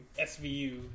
SVU